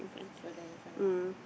further in front of